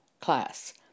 class